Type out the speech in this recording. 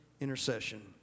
intercession